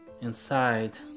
inside